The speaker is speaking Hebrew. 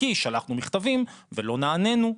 כי שלחנו מכתבים ולא נענינו,